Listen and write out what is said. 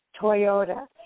Toyota